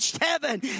Heaven